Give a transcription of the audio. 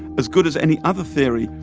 as good as any other theory,